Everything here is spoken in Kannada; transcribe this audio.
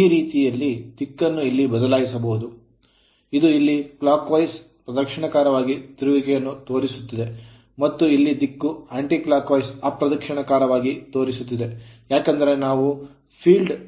ಈ ರೀತಿಯಲ್ಲಿ ದಿಕ್ಕನ್ನು ಇಲ್ಲಿ ಬದಲಾಯಿಸಬಹುದು ಇದು ಇಲ್ಲಿ clockwise ಪ್ರದಕ್ಷಿಣಾಕಾರವಾಗಿ ತಿರುಗುವಿಕೆಯನ್ನು ತೋರಿಸುತ್ತಿದೆ ಮತ್ತು ಇಲ್ಲಿ ದಿಕ್ಕು anticlockwise ಅಪ್ರದಕ್ಷಿಣಾಕಾರವಾಗಿದೆ ಏಕೆಂದರೆ ನಾವು field ಕ್ಷೇತ್ರ ಕರೆಂಟ್